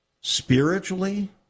spiritually